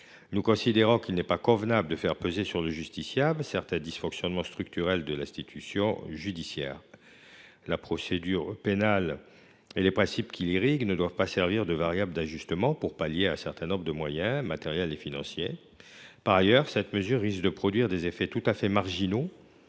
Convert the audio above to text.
Nous considérons qu’il n’est pas convenable de faire peser sur le justiciable les dysfonctionnements structurels de l’institution judiciaire. La procédure pénale et les principes qui l’irriguent ne doivent pas servir de variable d’ajustement pour pallier le manque de moyens matériels et financiers. Par ailleurs, une telle mesure n’aura sans doute que des effets marginaux,